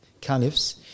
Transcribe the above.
caliphs